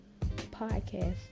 podcast